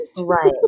Right